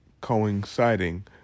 coinciding